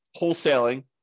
wholesaling